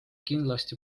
kindlasti